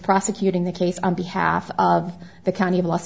prosecuting the case on behalf of the county of los